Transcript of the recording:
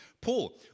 Paul